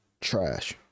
trash